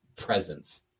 presence